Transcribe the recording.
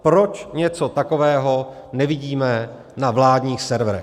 Proč něco takového nevidíme na vládních serverech?